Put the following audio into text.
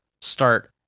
start